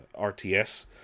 RTS